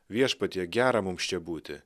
viešpatie gera mums čia būti